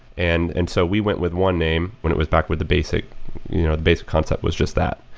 and and so we went with one name when it was back with the basic you know the basic concept was just that.